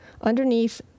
underneath